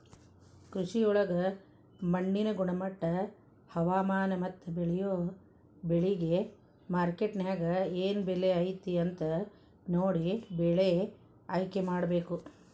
ಕೃಷಿಯೊಳಗ ಮಣ್ಣಿನ ಗುಣಮಟ್ಟ, ಹವಾಮಾನ, ಮತ್ತ ಬೇಳಿಯೊ ಬೆಳಿಗೆ ಮಾರ್ಕೆಟ್ನ್ಯಾಗ ಏನ್ ಬೆಲೆ ಐತಿ ಅಂತ ನೋಡಿ ಬೆಳೆ ಆಯ್ಕೆಮಾಡಬೇಕು